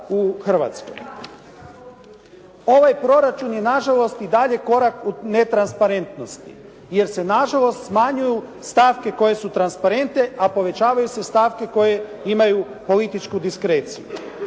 u Hrvatskoj. Ovaj proračun je na žalost i dalje korak netransparentnosti, jer se na žalost smanjuju stavke koje su transparentne, a povećavaju se stavke koje imaju političku diskreciju